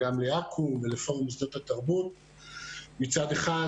גם לאקו"ם וגם לפורום מוסדות התרבות מצד אחד,